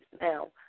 Now